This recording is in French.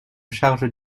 charge